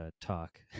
talk